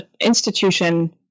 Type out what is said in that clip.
institution